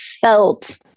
felt